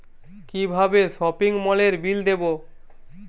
কিভাবে সপিং মলের বিল দেবো?